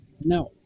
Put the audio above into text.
Now